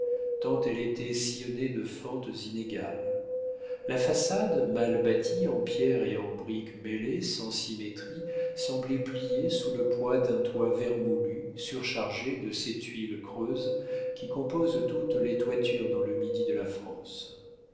tant elle était sillonnée de fentes inégales la façade mal bâtie en pierres et en briques mêlées sans symétrie semblait plier sous le poids d'un toit vermoulu surchargé de ces tuiles creuses qui composent toutes les toitures dans le midi de la france